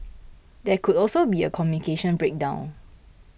there could also be a communication breakdown